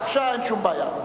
בבקשה, אין שום בעיה.